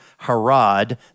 Harad